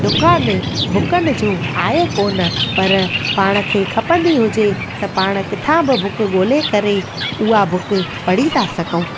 दुकानु बुकनि जो आहे कोन पर पाण खे खपंदी हुजे त पाण किथां बि बुक ॻोल्हे उहा बुक पढ़ी था सघूं